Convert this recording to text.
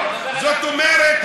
זאת אומרת,